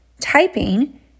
typing